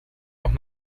auch